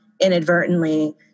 inadvertently